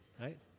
right